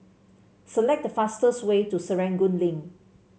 select the fastest way to Serangoon Link